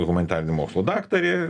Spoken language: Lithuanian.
humanitarinių mokslų daktarė